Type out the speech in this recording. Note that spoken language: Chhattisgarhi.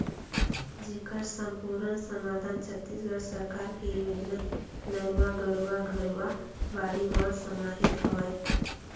जेखर समपुरन समाधान छत्तीसगढ़ सरकार के योजना नरूवा, गरूवा, घुरूवा, बाड़ी म समाहित हवय